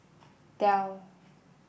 Dell